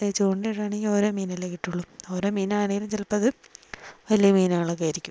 ചൂണ്ടയിടുവാണെങ്കിൽ ഓരോ മീനല്ലേ കിട്ടുകയുള്ളു ഓരോ മീനാണേലും ചിലപ്പോൾ അത് വലിയ മീനുകളൊക്കെയായിരിക്കും